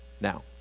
Now